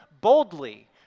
boldly